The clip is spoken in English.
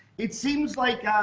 it seems like